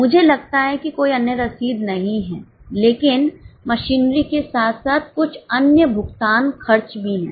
मुझे लगता है कि कोई अन्य रसीद नहीं है लेकिन मशीनरी के साथ साथ कुछ अन्य भुगतान खर्च भी हैं